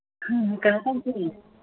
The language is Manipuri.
ꯀꯩꯅꯣ ꯇꯧꯁꯦ